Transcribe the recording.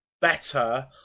better